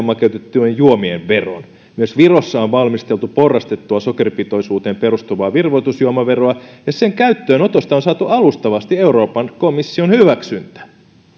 makeutettujen juomien veron myös virossa on valmisteltu porrastettua sokeripitoisuuteen perustuvaa virvoitusjuomaveroa ja sen käyttöönotosta on saatu alustavasti euroopan komission hyväksyntä